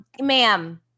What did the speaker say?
ma'am